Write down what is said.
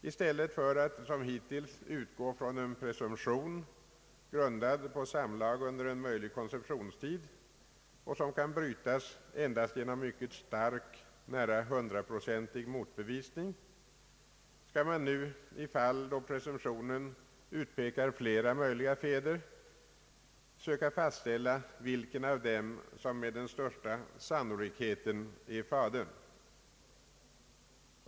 I stället för att som hittills utgå från en presumtion, grundad på samlag under en möjlig konceptionstid och som kan brytas endast genom mycket stark, nära 100-procentig, motbevisning, skall man nu i fall då presumtio nen utpekar flera möjliga fäder söka fastställa vilken av dem som med den största sannolikheten är fadern.